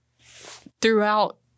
throughout